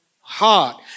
heart